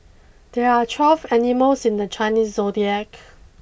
there are twelve animals in the Chinese zodiac